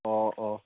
অঁ অঁ